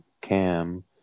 Cam